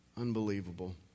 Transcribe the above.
Unbelievable